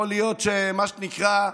יכול להיות, מה שנקרא,